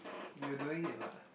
you're doing it [what]